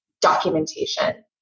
documentation